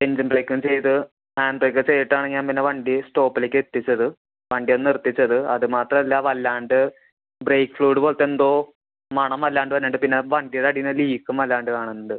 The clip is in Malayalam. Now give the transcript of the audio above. എൻജിൻ ബ്രേക്കും ചെയ്ത് ഹാൻറ്റ് ബ്രേക്ക് ചെയ്തിട്ടാണ് ഞാൻ പിന്നെ വണ്ടി സ്റ്റോപ്പിലേക്കെത്തിച്ചത് വണ്ടിയൊന്ന് നിർത്തിച്ചത് അത് മാത്രവല്ല വല്ലാണ്ട് ബ്രേക്ക് ഫ്ലൂയിഡ് പോലത്തെ എന്തോ മണം വല്ലാണ്ട് വരുന്നുണ്ട് പിന്നെ വണ്ടീടെ അടീന്ന് ലീക്കും വല്ലാണ്ട് കാണുന്നുണ്ട്